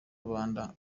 rubanda